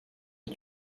est